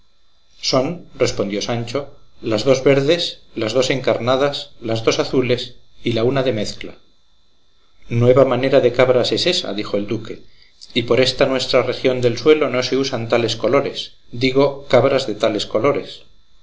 son respondió sancho las dos verdes las dos encarnadas las dos azules y la una de mezcla nueva manera de cabras es ésa dijo el duque y por esta nuestra región del suelo no se usan tales colores digo cabras de tales colores